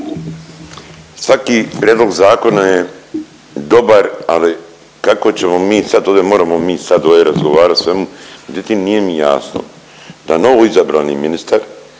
Svaki prijedlog zakona je dobar, ali kako ćemo mi sad, ovdje moramo mi sad ovdje razgovarat o svemu, u biti nije mi jasno da novoizabrani ministar